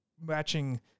matching